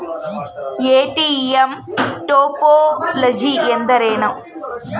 ATM topology ಎಂದರೇನು?